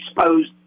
exposed